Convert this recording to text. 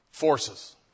Forces